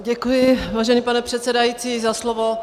Děkuji, vážený pane předsedající, za slovo.